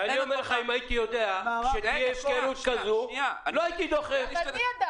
אם הייתי יודע שתהיה הפקרות כזו, לא הייתי לוחץ.